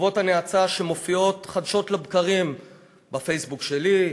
בתגובות הנאצה שמופיעות חדשות לבקרים בפייסבוק שלי,